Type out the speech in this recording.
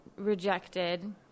Rejected